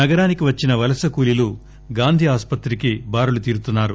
నగరానికి వచ్చిన వలస కూలీలు గాంధీ ఆసుపత్రికి బారులు తీరుతున్నారు